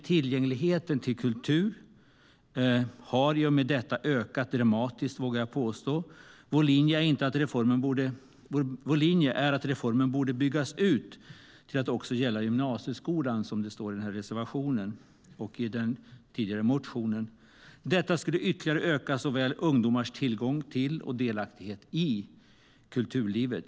Tillgängligheten till kultur har i och med detta ökat dramatiskt, vågar jag påstå. Vår linje är att reformen borde byggas ut till att också gälla gymnasieskolan, som det står i reservationen och i den tidigare motionen. Detta skulle ytterligare öka såväl ungdomars tillgång till som delaktighet i kulturlivet.